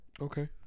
Okay